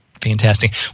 Fantastic